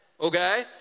okay